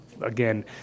again